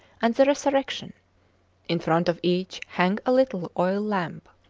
and the resurrection in front of each hung a little oil lamp.